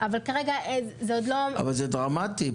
אבל כרגע זה עוד לא --- אבל זה דרמטי.